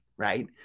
Right